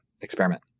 experiment